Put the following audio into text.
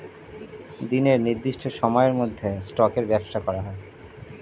দিনের নির্দিষ্ট সময়ের মধ্যে স্টকের ব্যবসা করা হয়